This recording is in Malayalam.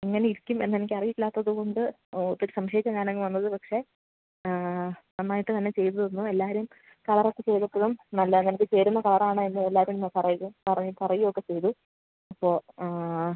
എങ്ങനെ ഇരിക്കും എന്നെനിക്കറിയില്ലാത്തതുകൊണ്ട് ഒത്തിരി സംശയിച്ചാണു ഞാനങ്ങു വന്നത് പക്ഷെ നന്നായിട്ട് തന്നെ ചെയ്തുതന്നു എല്ലാവരും കളറൊക്ക ചെയ്തപ്പോഴും നല്ല എനിക്കു ചേര്ന്ന കളറാണ് എന്ന് എല്ലാവരും പറകയൊക്കെ ചെയ്തു ഇപ്പോള് ആ